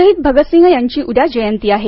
शहीद भगतसिंग यांची उद्या जयंती आहे